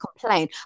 complain